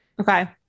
okay